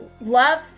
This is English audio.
love